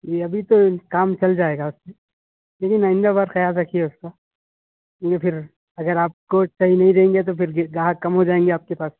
جی ابھی تو کام چل جائے گا اس سے لیکن آئندہ بار خیال رکھیے اس کا یہ پھر اگر آپ گوشت صحیح نہیں دیں گے تو پھر گاہک کم ہو جائیں گے آپ کے پاس